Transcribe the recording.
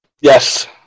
Yes